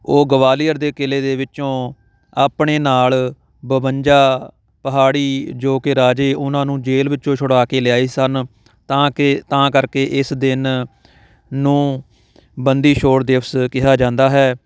ਉਹ ਗਵਾਲੀਅਰ ਦੇ ਕਿਲੇ ਦੇ ਵਿੱਚੋਂ ਆਪਣੇ ਨਾਲ ਬਵੰਜਾ ਪਹਾੜੀ ਜੋ ਕਿ ਰਾਜੇ ਉਹਨਾਂ ਨੂੰ ਜੇਲ੍ਹ ਵਿੱਚੋਂ ਛੁਡਾ ਕੇ ਲਿਆਏ ਸਨ ਤਾਂ ਕਿ ਤਾਂ ਕਰਕੇ ਇਸ ਦਿਨ ਨੂੰ ਬੰਦੀ ਛੋੜ ਦਿਵਸ ਕਿਹਾ ਜਾਂਦਾ ਹੈ